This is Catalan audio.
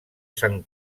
sant